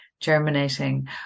germinating